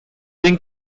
den